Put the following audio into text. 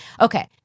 Okay